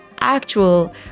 actual